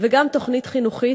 וגם תוכנית חינוכית.